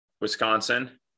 Wisconsin